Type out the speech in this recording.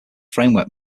framework